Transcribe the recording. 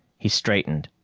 he straightened.